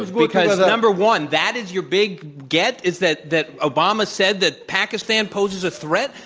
because number one, that is your big get, is that that obama said that pakistan poses a threat?